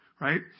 right